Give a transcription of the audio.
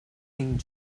came